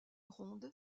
ronde